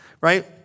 right